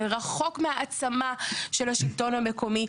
זה רחוק מהעצמה של השלטון המקומי.